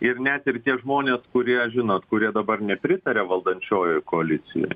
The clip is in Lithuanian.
ir net ir tie žmonės kurie žinot kurie dabar nepritaria valdančiojoj koalicijoj